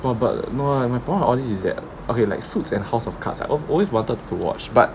no but no lah my point on all this is that okay like suits and house of cards I have always wanted to watch but